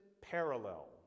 parallel